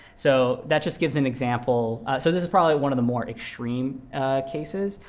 so that just gives an example. so this is probably one of the more extreme cases,